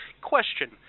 Question